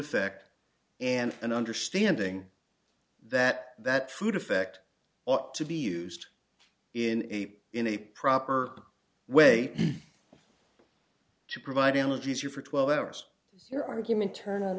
effect and an understanding that that food effect ought to be used in a in a proper way to provide elegies you for twelve hours your argument turn on